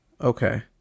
Okay